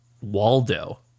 Waldo